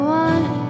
one